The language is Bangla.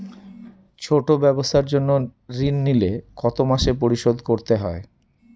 ছোট ব্যবসার জন্য ঋণ নিলে কত মাসে পরিশোধ করতে হয়?